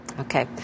Okay